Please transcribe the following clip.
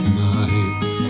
nights